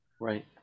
Right